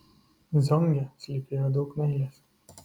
zonge slypėjo daug meilės